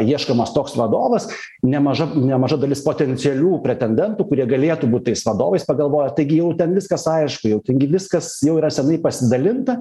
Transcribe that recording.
ieškomas toks vadovas nemaža nemaža dalis potencialių pretendentų kurie galėtų būt tais vadovais pagalvoja taigi jau ten viskas aišku jau tengi viskas jau yra senai pasidalinta